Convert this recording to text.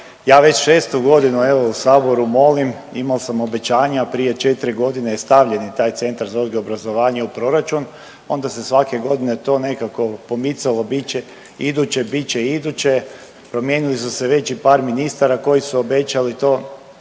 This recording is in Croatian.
Ja već šestu godinu evo u Saboru molim, imal sam obećanja prije četri godine stavljen je taj Centar za odgoj i obrazovanje u proračun onda se svake godine to nekako pomicalo biće iduće, biće iduće. Promijenili su se već i par ministara koji su obećali to